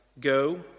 Go